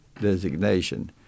designation